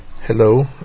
Hello